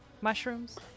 Mushrooms